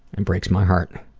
and breaks my heart.